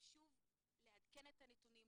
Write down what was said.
חשוב לעדכן את הנתונים,